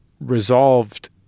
resolved